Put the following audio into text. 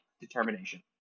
Determination